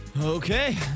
okay